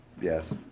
Yes